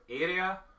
area